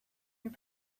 your